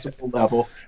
level